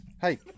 Hey